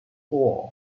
four